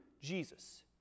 Jesus